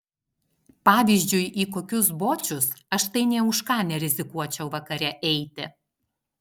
pavyzdžiui į kokius bočius aš tai nė už ką nerizikuočiau vakare eiti